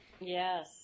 Yes